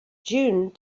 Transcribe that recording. june